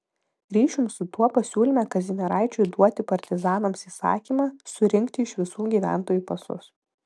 ryšium su tuo pasiūlėme kazimieraičiui duoti partizanams įsakymą surinkti iš visų gyventojų pasus